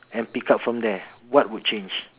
and pick up from there what would change